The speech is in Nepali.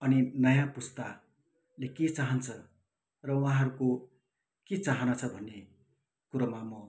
अनि नयाँ पुस्ताले के चाहन्छ र उहाँहरूको के चाहना छ भन्ने कुरोमा म